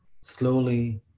Slowly